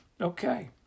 Okay